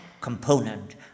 component